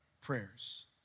prayers